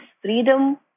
freedom